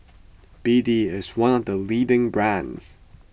B D is one of the leading brands